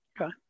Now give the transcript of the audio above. Okay